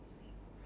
yes